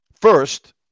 first